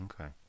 Okay